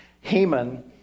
Haman